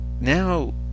now